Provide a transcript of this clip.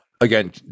Again